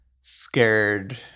scared